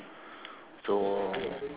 so